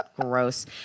gross